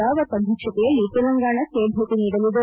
ರಾವತ್ ಅಧ್ಯಕ್ಷತೆಯಲ್ಲಿ ತೆಲಂಗಾಣಕ್ಕೆ ಭೇಟಿ ನೀಡಲಿದೆ